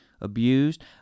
abused